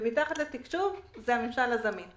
ומתחת לתקשוב זה הממשל הזמין.